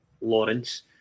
Lawrence